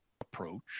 approach